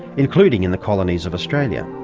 including in the colonies of australia.